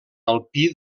alpí